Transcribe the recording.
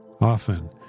Often